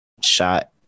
shot